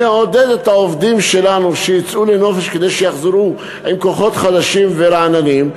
נעודד את העובדים שלנו שיצאו לנופש כדי שיחזרו עם כוחות חדשים ורעננים,